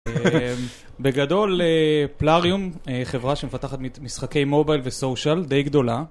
בגדול, פלאריום, חברה שמפתחת משחקי מובייל וסוציאל די גדולה